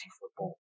football